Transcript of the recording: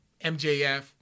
MJF